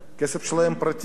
כסף פרטי שלהם,